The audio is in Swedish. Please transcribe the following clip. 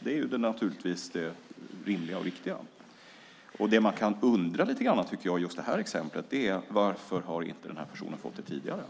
Det är det rimliga och viktiga. Det man kan undra i just det här exemplet är varför den här personen inte har fått den hjälpen tidigare.